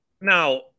Now